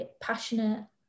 passionate